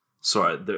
Sorry